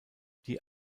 die